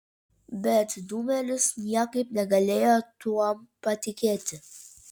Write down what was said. bet dūmelis niekaip negalėjo tuom patikėti